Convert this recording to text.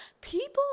people